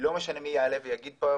שלא משנה מי יעלה ויגיד פה,